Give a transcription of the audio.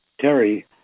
Terry